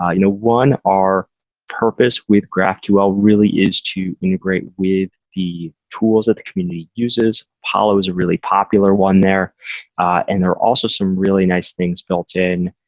ah you know one, our purpose with graphql really is to integrate with the tools that the community uses. apollo is a really popular one there. and there are also some really nice things built-in,